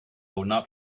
not